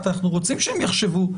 אנחנו רוצים שהם יחשבו.